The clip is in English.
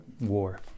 war